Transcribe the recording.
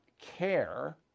care